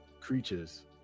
creatures